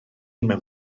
mewn